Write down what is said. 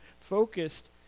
focused